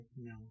no